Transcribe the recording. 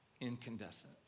incandescent